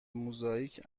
موزاییک